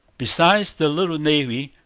besides the little navy,